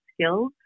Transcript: skills